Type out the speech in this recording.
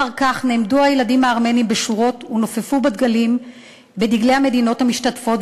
אחר כך נעמדו הילדים הארמנים בשורות ונופפו בדגלי המדינות המשתתפות,